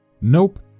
nope